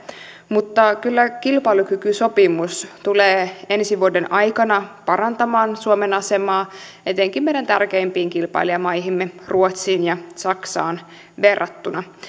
mutta kyllä kilpailukykysopimus tulee ensi vuoden aikana parantamaan suomen asemaa etenkin meidän tärkeimpiin kilpailijamaihimme ruotsiin ja saksaan verrattuna